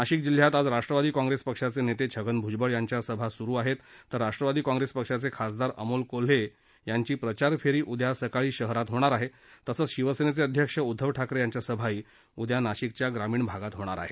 नाशिक जिल्ह्यात आज राष्ट्रवादी काँप्रेस पक्षाचे नेते छगन भुजबळ यांच्या सभा सुरू आहेत तर राष्ट्रवादी काँप्रेस पक्षाचे खासदार अमोल कोल्हे यांच्या प्रचार फेरी उद्या सकाळी शहरात होणार आहे तसंच शिवसेनेचे अध्यक्ष उद्धव ठाकरे यांची सभाही उद्या ग्रामीण भागात होणार आहेत